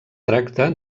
tracta